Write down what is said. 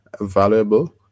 valuable